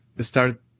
start